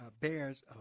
bears